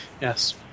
Yes